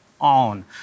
on